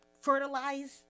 fertilize